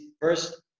first